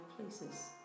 places